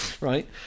right